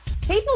people